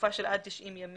בתקופה של עד 90 ימים